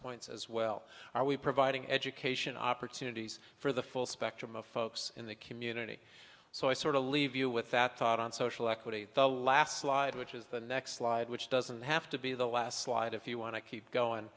points as well are we providing education opportunities for the full spectrum of folks in the community so i sort of leave you with that thought on social equity the last slide which is the next slide which doesn't have to be the last slide if you want to keep going